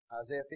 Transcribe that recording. Isaiah